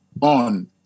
on